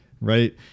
right